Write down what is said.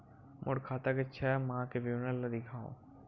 मोर खाता के छः माह के विवरण ल दिखाव?